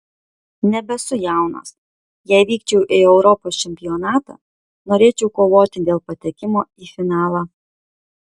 nebesu jaunas jei vykčiau į europos čempionatą norėčiau kovoti dėl patekimo į finalą